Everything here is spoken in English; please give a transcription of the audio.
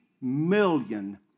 million